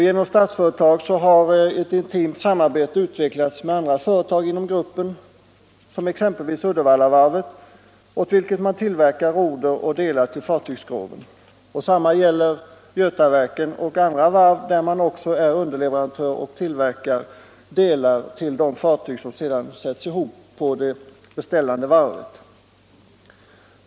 Genom Statsföretag har ett intimt samarbete utvecklats med andra företag inom gruppen, exempelvis Uddevallavarvet, åt vilket man tillverkar roder och delar till fartygsskrov. Detsamma gäller Götaverken och andra varv, där man också är underleverantör och tillverkar delar till de fartyg som sedan sätts ihop på det beställande varvet.